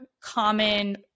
common